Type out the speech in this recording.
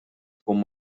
tkun